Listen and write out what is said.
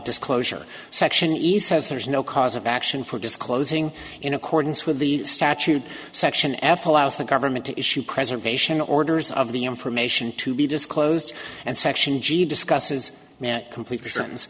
disclosure section ease has there is no cause of action for disclosing in accordance with the statute section f allows the government to issue preservation orders of the information to be disclosed and section g discusses now complete